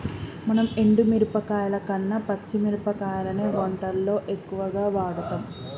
మనం ఎండు మిరపకాయల కన్న పచ్చి మిరపకాయలనే వంటల్లో ఎక్కువుగా వాడుతాం